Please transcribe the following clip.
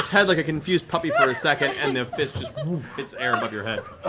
head like a confused puppy for a second and the fist just hits air above your head.